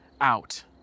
out